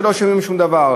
על כך שלא שומעים שום דבר.